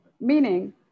Meaning